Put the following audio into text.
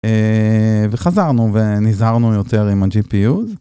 וחזרנו ונזהרנו יותר עם ה-GPU